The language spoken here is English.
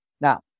Now